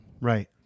Right